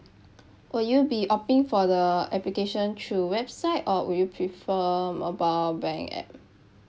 will you be opting for the application through website or would you prefer mobile bank app